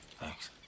Thanks